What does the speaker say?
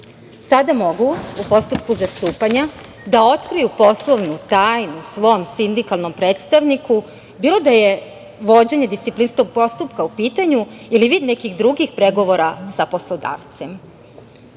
Sada mogu u postupku zastupanja da otkriju poslovnu tajnu svom sindikalnom predstavniku, bilo da je vođenje disciplinskog postupka u pitanju ili vid nekih drugih pregovora sa poslodavcem. Zbog